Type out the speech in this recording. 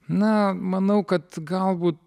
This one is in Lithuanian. na manau kad galbūt